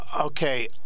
Okay